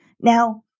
Now